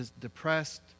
depressed